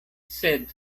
sed